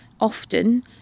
often